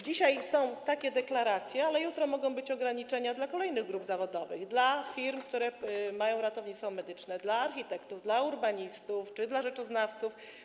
Dzisiaj są takie deklaracje, ale jutro mogą być ograniczenia dla kolejnych grup zawodowych, dla firm, które mają ratownictwa medyczne, dla architektów, dla urbanistów czy rzeczoznawców.